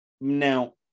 now